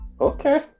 Okay